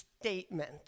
statement